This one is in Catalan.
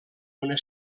una